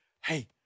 hey